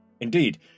Indeed